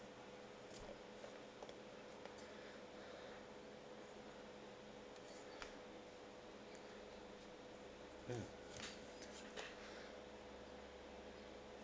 mm